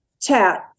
chat